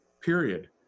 Period